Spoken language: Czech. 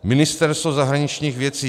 Ministerstvo zahraničních věcí.